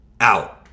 out